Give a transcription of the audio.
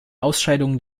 ausscheidungen